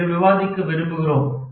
என்று விவாதிக்க விரும்புகிறோம்